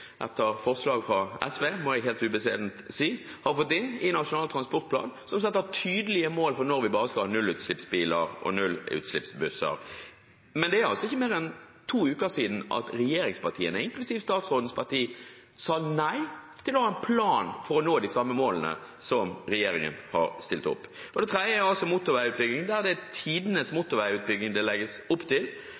etter forslag fra SV, må jeg helt ubeskjedent si – som setter tydelige mål for når vi bare skal ha nullutslippsbiler og nullutslippsbusser. Men det er altså ikke mer enn to uker siden regjeringspartiene, inklusiv statsrådens parti, sa nei til å ha en plan for å nå de samme målene som regjeringen har stilt opp. Det tredje er motorveiutbygging – det legges opp til